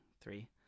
three